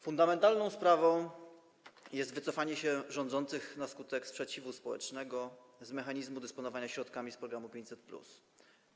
Fundamentalną sprawą jest wycofanie się rządzących na skutek sprzeciwu społecznego z mechanizmu dysponowania środkami z programu 500+.